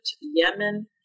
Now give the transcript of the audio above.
Yemen